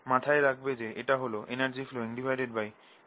মাথায় রাখবে যে এটা হল energy flowingarea×time